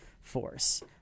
force